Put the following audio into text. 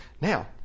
Now